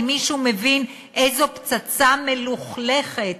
האם מישהו מבין איזו פצצה מלוכלכת